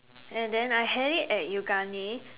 and then I had it at Yoogane